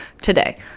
today